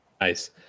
Nice